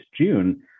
June